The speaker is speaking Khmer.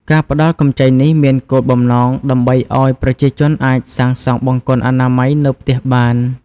ការផ្តល់កម្ចីនេះមានគោលបំណងដើម្បីឱ្យប្រជាជនអាចសាងសង់បង្គន់អនាម័យនៅផ្ទះបាន។